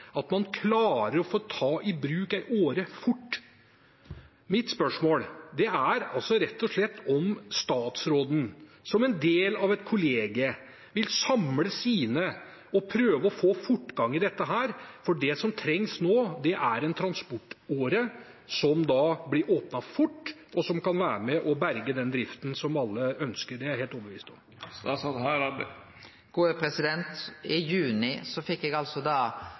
at man klarer å få tatt i bruk en åre fort. Mitt spørsmål er rett og slett: Vil statsråden, som en del av et kollegium, samle sine og prøve å få fortgang i dette? Det som trengs nå, er en transportåre som blir åpnet fort, og som kan være med på å berge den driften som alle ønsker. Det er jeg helt overbevist om.